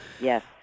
Yes